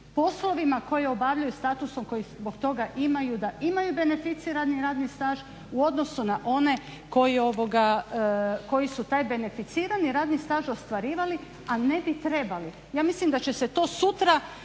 poslovima koji obavljaju status koji zbog toga imaju da imaju beneficirani radni staž u odnosu na one koji su taj beneficirani radni staž ostvarivali a ne bi trebali. Ja mislim da će se to sutra